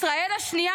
ישראל השנייה,